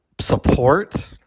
support